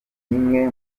imwe